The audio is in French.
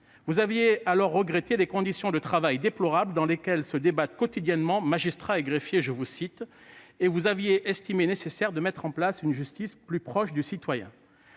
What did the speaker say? regrettant alors « les conditions de travail déplorables dans lesquelles se débattent quotidiennement magistrats et greffiers » et estimant nécessaire de mettre en place une justice plus proche du citoyen.